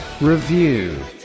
review